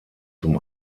zum